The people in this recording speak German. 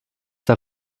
der